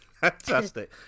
Fantastic